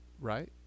right